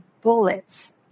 bullets